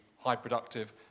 high-productive